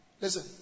Listen